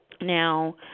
Now